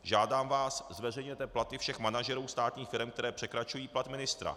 Žádám vás, zveřejněte platy všech manažerů státních firem, které překračují plat ministra.